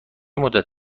مدت